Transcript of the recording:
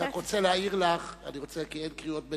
אני רק רוצה להעיר לך, כי אין קריאות ביניים,